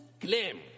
claim